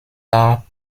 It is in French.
par